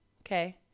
Okay